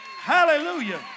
Hallelujah